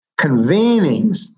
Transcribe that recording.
convenings